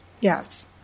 Yes